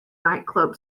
nightclub